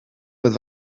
met